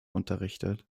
unterrichtet